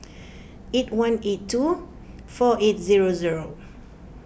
eight one eight two four eight zero zero